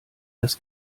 das